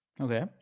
Okay